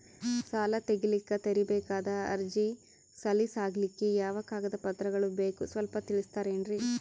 ಸಾಲ ತೆಗಿಲಿಕ್ಕ ತರಬೇಕಾದ ಅರ್ಜಿ ಸಲೀಸ್ ಆಗ್ಲಿಕ್ಕಿ ಯಾವ ಕಾಗದ ಪತ್ರಗಳು ಬೇಕು ಸ್ವಲ್ಪ ತಿಳಿಸತಿರೆನ್ರಿ?